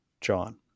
John